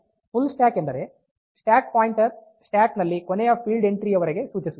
full stack ಎಂದರೆ stack pointer stack ನಲ್ಲಿ ಕೊನೆಯ ಫೀಲ್ಡ್ ಎಂಟ್ರಿ ಯವರೆಗೆ ಸೂಚಿಸುತ್ತದೆ